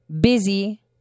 busy